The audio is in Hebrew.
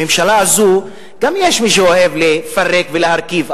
גם בממשלה הזו יש מי שאוהב לפרק ולהרכיב,